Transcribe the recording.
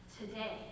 today